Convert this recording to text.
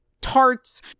tarts